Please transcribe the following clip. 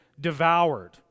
devoured